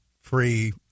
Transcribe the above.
free